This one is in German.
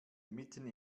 mitten